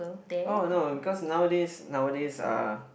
oh no because nowadays nowadays uh